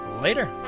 Later